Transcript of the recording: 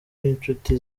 b’inshuti